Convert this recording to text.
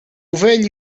velho